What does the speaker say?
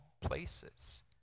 places